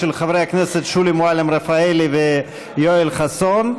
של חברי הכנסת שולי מועלם-רפאלי ויואל חסון.